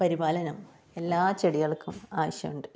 പരിപാലനം എല്ലാ ചെടികൾക്കും ആവശ്യമുണ്ട്